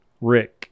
Rick